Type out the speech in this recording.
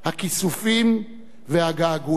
הכיסופים והגעגועים.